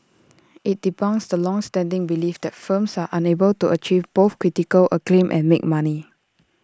IT debunks the long standing belief that films are unable to achieve both critical acclaim and make money